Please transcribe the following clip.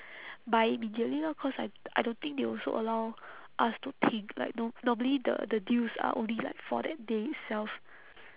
buy immediately lor cause I I don't think they also allow us to think like you know normally the the deals are only like for that day itself